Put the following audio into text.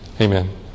Amen